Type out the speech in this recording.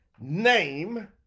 name